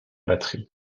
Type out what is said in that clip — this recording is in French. batterie